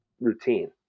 routine